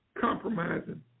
compromising